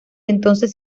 entonces